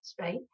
right